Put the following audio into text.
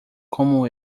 como